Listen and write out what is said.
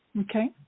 Okay